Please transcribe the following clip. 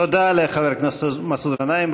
תודה לחבר הכנסת מסעוד גנאים.